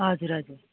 हजुर हजुर